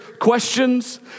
questions